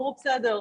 אמרו: בסדר,